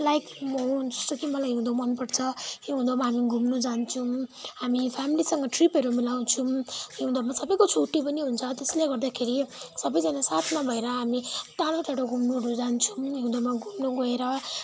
like म जस्तो कि मलाई हिउँदो मनपर्छ हिउँदोमा हामी घुम्नु जान्छौँ हामी फेमिलीसँग ट्रिपहरू मिलाउँछौँ हिउँदोमा सबैको छुट्टी पनि हुन्छ त्यसले गर्दाखेरि सबैजना साथमा भएर हामी टाढो टाढो घुम्नुहरू जान्छौँ हिउँदोमा घुम्न गएर